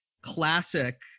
classic